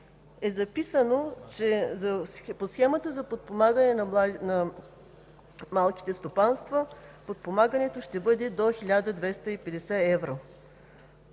е записано, че по Схемата за подпомагане на малките стопанства подпомагането ще бъде до 1250 евро